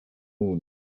moon